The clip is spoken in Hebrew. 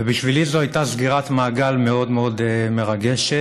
ובשבילי זו הייתה סגירת מעגל מאוד מאוד מרגשת.